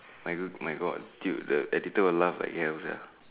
my my God the editor will laugh like hell sia